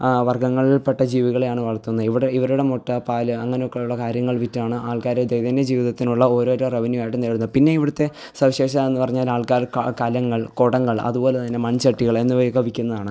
വർഗ്ഗങ്ങളിൽപ്പെട്ട ജീവികളെയാണ് വളർത്തുന്നത് ഇവിടെ ഇവരുടെ മുട്ട പാൽ അങ്ങനെയൊയുള്ള കാര്യങ്ങൾ വിറ്റാണ് ആൾക്കാർ ദൈനദിന ജീവിതത്തിനുള്ള ഓരോ ഓരോ റെവന്യൂവായിട്ട് നേടുന്നത് പിന്നെ ഇവിടത്തെ സവിശേഷത എന്ന് പറഞ്ഞാൽ ആൾക്കാർ കലങ്ങൾ കുടങ്ങൾ അതുപോലെ തന്നെ മൺചട്ടികൾ എന്നിവയൊക്കെ വിൽക്കുന്നതാണ്